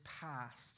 past